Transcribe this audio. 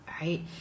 right